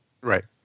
Right